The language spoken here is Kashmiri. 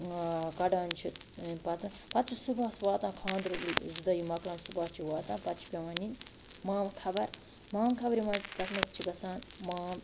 کڑان چھِ أمۍ پَتہٕ پَتہٕ چھُس صُبَحس واتان خانٛدَر زٕ دۄہ یِم مۄکلان صُبحَس چھِ واتان پَتہٕ چھِ پٮ۪وان نِنۍ مامہٕ خبر مامہٕ خبرِ منٛز تَتھ منٛز چھِ گژھان مام